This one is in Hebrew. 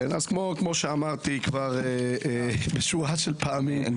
כמו שאמרתי בשורה של פעמים,